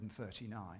139